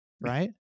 Right